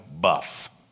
buff